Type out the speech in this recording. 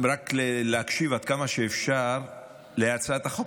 להקשיב עד כמה שאפשר להצעת החוק,